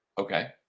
Okay